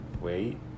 wait